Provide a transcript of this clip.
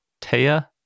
Taya